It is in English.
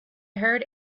heard